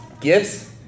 gifts